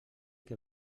que